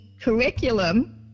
curriculum